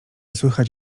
słychać